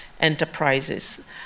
enterprises